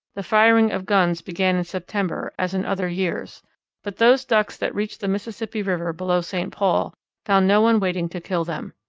the firing of guns began in september, as in other years but those ducks that reached the mississippi river below st. paul found no one waiting to kill them.